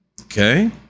okay